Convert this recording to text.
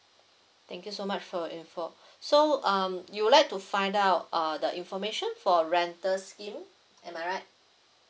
thank you so much for your info so um you would like to find out uh the information for rental scheme am I right